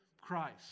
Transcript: Christ